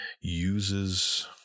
uses